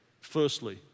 Firstly